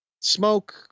Smoke